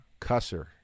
Cusser